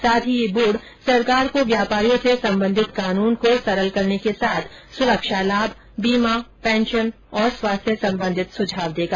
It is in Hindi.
साथ ही ये बोर्ड सरकार को व्यापारियों से संबंधित कानून को सरल करने के साथ सुरक्षा लाभ बीमा पेंशन और स्वास्थ्य संबंधित सुझाव देगा